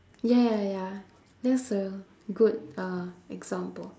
ya ya ya that's a good uh example